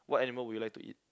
what animal would you like to eat